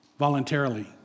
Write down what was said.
Voluntarily